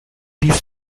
dies